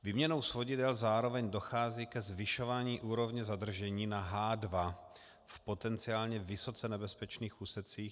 Výměnou svodidel zároveň dochází ke zvyšování úrovně zadržení na H2 v potenciálně nebezpečných úsecích.